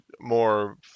more